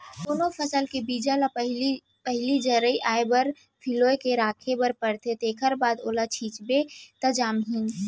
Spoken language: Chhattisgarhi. कोनो फसल के बीजा ल पहिली जरई आए बर फिलो के राखे बर परथे तेखर बाद ओला छिंचबे त जामही